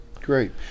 great